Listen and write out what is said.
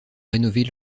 rénover